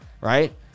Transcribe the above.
Right